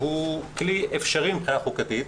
שהוא כלי אפשרי מבחינה חוקתית,